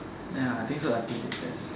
ya I think so aptitude test